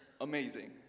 amazing